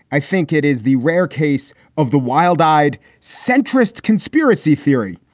i think it is the rare case of the wild eyed centrists conspiracy theory.